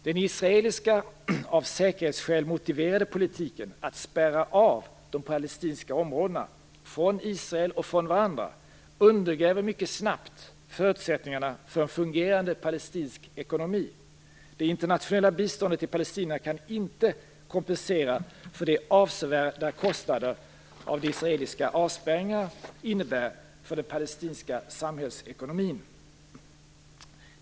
Den israeliska av säkerhetsskäl motiverade politiken att spärra av de palestinska områdena från Israel och från varandra undergräver mycket snabbt förutsättningarna för en fungerande palestinsk ekonomi. Det internationella biståndet till palestinierna kan inte kompensera för de avsevärda kostnader de israeliska avspärrningarna innebär för den palestinska samhällsekonomin.